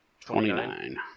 twenty-nine